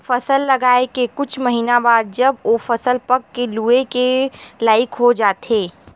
फसल लगाए के कुछ महिना बाद जब ओ फसल पक के लूए के लइक हो जाथे